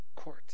court